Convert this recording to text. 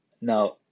Now